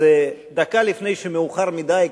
דקה לפני שמאוחר מדי,